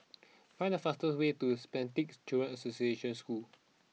find the fast way to Spastic Children's Association School